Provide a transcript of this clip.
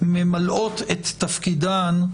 ממלאות את תפקידן,